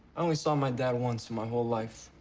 only saw my dad once in my whole life,